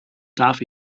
darf